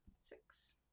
six